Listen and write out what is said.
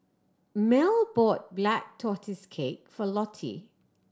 Mel bought Black Tortoise Cake for Lottie